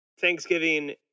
Thanksgiving